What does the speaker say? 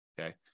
Okay